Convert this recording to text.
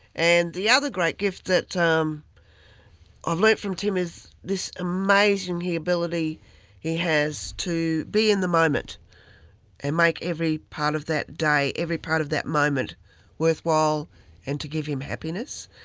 and the other great gift that um i've learnt from tim is this amazing ability he has to be in the moment and make every part of that day, every part of that moment worthwhile and to give him happiness.